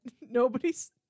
Nobody's